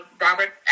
Robert